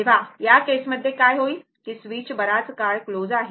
तेव्हा या केसमध्ये काय होईल की स्विच बराच काळ क्लोज आहे